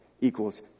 equals